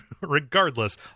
regardless